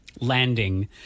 landing